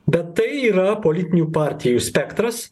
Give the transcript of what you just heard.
bet tai yra politinių partijų spektras